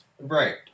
Right